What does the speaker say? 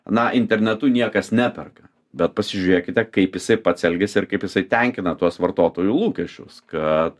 na internetu niekas neperka bet pasižiūrėkite kaip jisai pats elgiasi ir kaip jisai tenkina tuos vartotojų lūkesčius kad